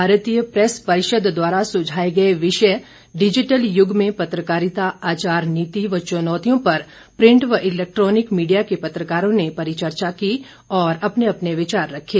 भारतीय प्रेस परिषद द्वारा सुझाए गए विषय डिजिटल यूग में पत्रकारिता आचार नीति व चुनौतियों पर प्रिंट व इलेक्ट्रॉनिक मीडिया के पत्रकारों ने परिचर्चा की और अपने अपने विचार रखे